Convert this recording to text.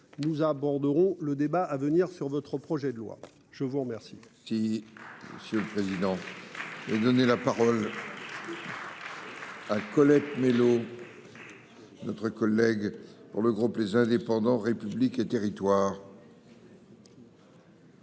nous aborderons le débat à venir sur notre projet de loi. Je vous remercie.